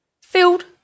filled